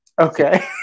Okay